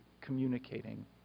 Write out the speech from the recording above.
communicating